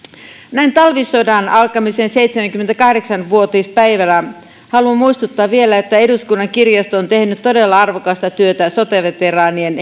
näin talvisodan alkamisen seitsemänkymmentäkahdeksan vuotispäivänä haluan muistuttaa vielä että eduskunnan kirjasto on tehnyt todella arvokasta työtä sotaveteraanien